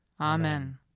Amen